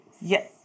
Yes